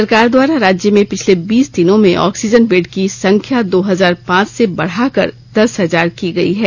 सरकार द्वारा राज्य में पिछले बीस दिनों में ऑक्सीजन बेड की संख्या दो हजार पांच से बढ़ाकर दस हजार की गयी है